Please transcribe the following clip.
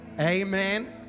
Amen